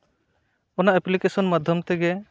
ᱚᱱᱟ ᱮᱯᱞᱤᱠᱮᱥᱚᱱ ᱢᱟᱫᱽᱫᱷᱚᱢ ᱛᱮᱜᱮ